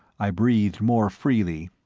i breathed more freely.